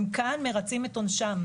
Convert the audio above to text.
הם כאן מרצים את עונשם.